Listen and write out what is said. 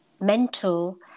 mental